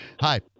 Hi